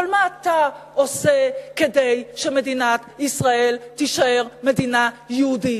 אבל מה אתה עושה כדי שמדינת ישראל תישאר מדינה יהודית,